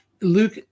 Luke